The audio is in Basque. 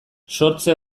sortze